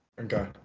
Okay